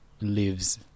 lives